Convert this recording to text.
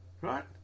Right